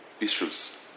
issues